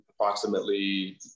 approximately